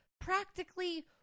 practically